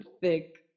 thick